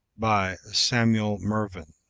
by samuel mervin.